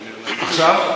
עכשיו?